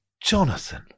Jonathan